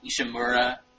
Ishimura